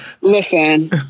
Listen